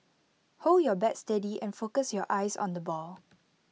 hold your bat steady and focus your eyes on the ball